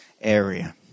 area